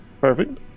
Perfect